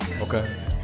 Okay